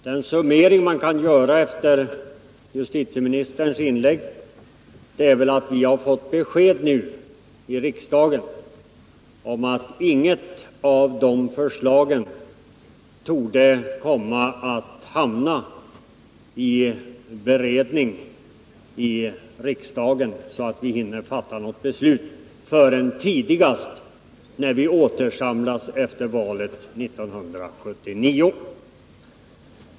Den summering man kan göra efter justitieministerns inlägg är välatt vi nu fått besked i riksdagen om att inget av dessa förslag torde komma att hamna hos riksdagen i sådan tid att vi hinner fatta något beslut förrän tidigast när vi återsamlas efter valet 1979.